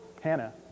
Hannah